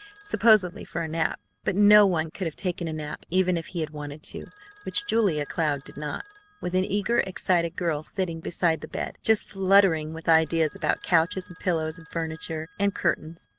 supposedly for a nap but no one could have taken a nap even if he had wanted to which julia cloud did not with an eager, excited girl sitting beside the bed, just fluttering with ideas about couches and pillows and furniture and curtains.